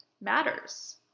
matters